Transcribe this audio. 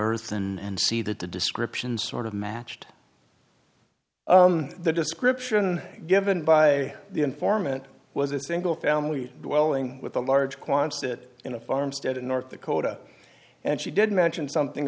earth and see that the description sort of matched the description given by the informant was a single family dwelling with a large quantity it in a farmstead in north dakota and she did mention something